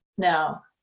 Now